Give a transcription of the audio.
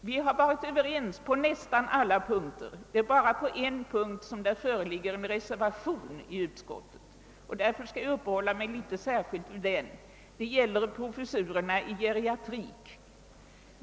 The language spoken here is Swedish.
Vi har varit överens på nästan alla punkter. Det är bara en punkt vid vilken det fogats en reservation, och jag skall uppehålla mig något vid denna. Det gäller de önskade professurerna i geriatrik.